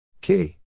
Kitty